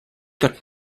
that